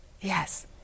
Yes